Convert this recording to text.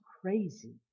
crazy